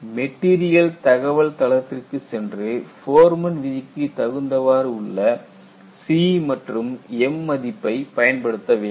material தகவல் தளத்திற்கு சென்று ஃபோர்மேன் விதிக்கு தகுந்தவாறு உள்ள C மற்றும் m மதிப்பை பயன்படுத்த வேண்டும்